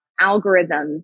algorithms